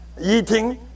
eating